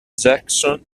jackson